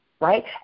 right